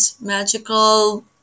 magical